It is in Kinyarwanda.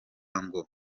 ngo